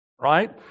right